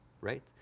right